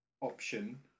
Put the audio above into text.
option